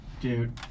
Dude